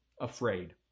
afraid